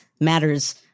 matters